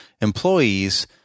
employees